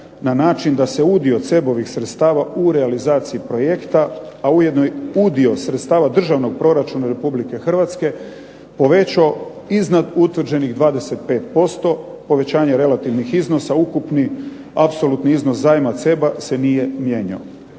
na način da se udio CEB-ovih sredstava u realizaciji projekta, a ujedno i udio sredstava državnog proračuna Republike Hrvatske povećao iznad utvrđenih 25% povećanja relativnih iznosa ukupni apsolutni iznos zajma CEB-a se nije mijenjao.